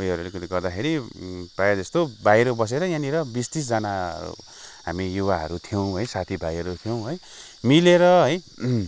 उयोहरूले गर्दाखेरि प्राय जस्तो बाहिर बसेर यहाँनिर बिस तिस जना हामी युवाहरू थियौँ है साथी भाइहरू थियौँ है मिलेर है